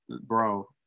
bro